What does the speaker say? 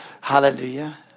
Hallelujah